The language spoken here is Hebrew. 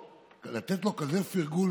לתת לו כזה פרגון,